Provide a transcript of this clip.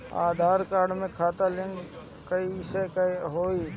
आधार card से खाता link कईसे होई?